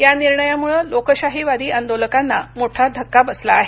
या निर्णयामुळं लोकशाहीवादी आंदोलकांना मोठा धक्का बसला आहे